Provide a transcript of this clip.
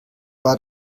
war